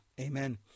Amen